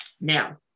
Now